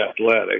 athletic